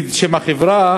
אגיד את שם החברה: